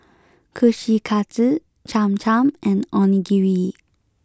Kushikatsu Cham Cham and Onigiri